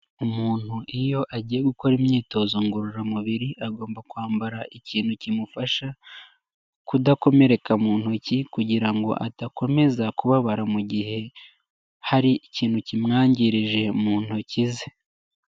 Umuntu iyo agiye gukora imyitozo ngororamubiri, agomba kwambara ikintu kimufasha kudakomereka mu ntoki kugira ngo adakomeza kubabara mu gihe hari ikintu kimwangirije mu ntoki ze.